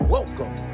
Welcome